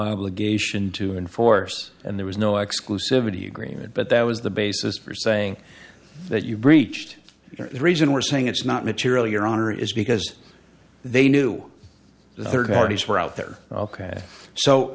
obligation to enforce and there was no exclusivity agreement but that was the basis for saying that you breached the reason we're saying it's not material your honor is because they knew the third parties were out there